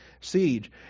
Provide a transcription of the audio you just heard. siege